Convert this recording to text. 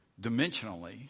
dimensionally